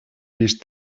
лишь